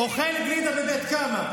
אוכל גלידה בבית קמה.